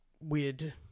weird